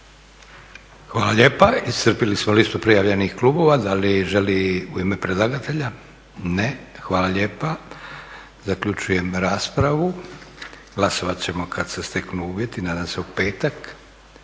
Hvala lijepa. Iscrpili smo listu prijavljenih klubova. Da li želi u ime predlagatelja? Ne. Hvala lijepa. Zaključujem raspravu. Glasovat ćemo kad se steknu uvjeti, nadam se u petak.